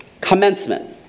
commencement